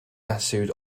attitude